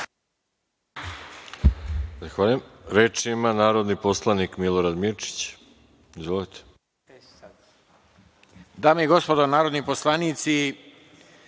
Zahvaljujem. Reč ima narodni poslanik Milorad Mirčić. Izvolite.